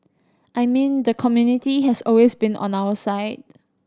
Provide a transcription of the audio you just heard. I mean the community has always been on our side